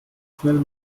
schnell